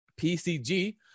PCG